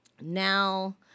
Now